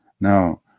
Now